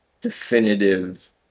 definitive